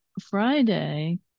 Friday